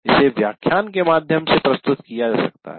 इसे व्याख्यान के माध्यम से प्रस्तुत किया जा सकता है